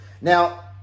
Now